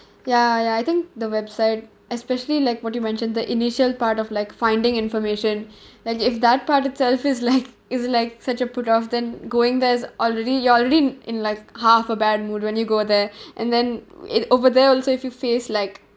ya ya I think the website especially like what you mentioned the initial part of like finding information like if that part itself is like is like such a put off then going there's already you're already in like half a bad mood when you go there and then it over there also if you face like